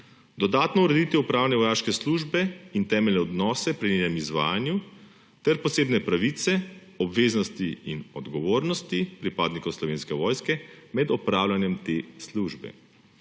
dodatno urediti opravljanje vojaške službe in temeljne odnose pri njenem izvajanju ter posebne pravice, obveznosti in odgovornosti pripadnikov Slovenske vojske med opravljanjem te službe;